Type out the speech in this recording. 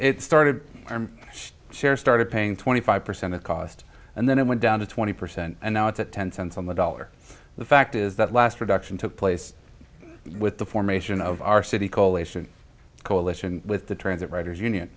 it started our share started paying twenty five percent of cost and then it went down to twenty percent and now it's at ten cents on the dollar the fact is that last reduction took place with the formation of our city call a coalition with the transit riders union